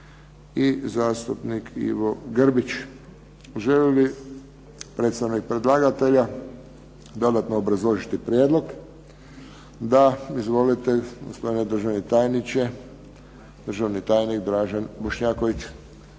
i zastupnik Ivo Grbić. Želi li predstavnik predlagatelja dodatno obrazložiti prijedlog? Da. Izvolite, gospodine državni tajniče. Državni tajnik Dražen Bošnjaković.